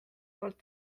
poolt